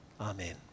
Amen